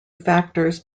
factors